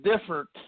different